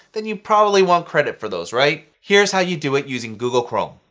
then you probably want credit for those, right? here's how you do it using google chrome.